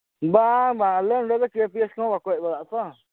ᱵᱟᱝ ᱵᱟᱝ ᱟᱞᱮ ᱱᱚᱰᱮ ᱫᱚ ᱠᱮ ᱯᱤ ᱮᱥ ᱠᱚᱦᱚᱸ ᱵᱟᱠᱚ ᱦᱮᱡ ᱵᱟᱲᱟᱜᱼᱟ ᱛᱚ